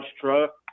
truck